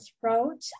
throat